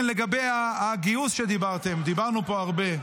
לגבי הגיוס שדיברתם, דיברנו פה הרבה.